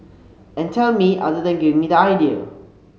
and tell me other than giving me the idea